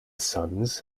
sons